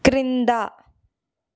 క్రింద